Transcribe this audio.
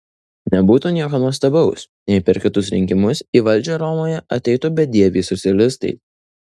nebūtų nieko nuostabaus jei per kitus rinkimus į valdžią romoje ateitų bedieviai socialistai